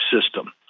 system